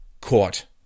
Court